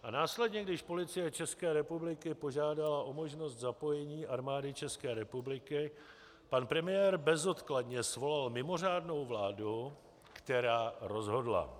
A následně, když Policie České republiky požádala o možnost zapojení Armády České republiky, pan premiér bezodkladně svolal mimořádnou vládu, která rozhodla.